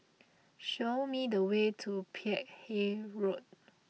show me the way to Peck Hay Road